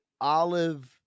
olive